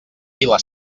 vila